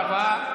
תודה רבה.